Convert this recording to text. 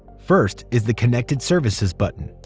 first, is the connected services button.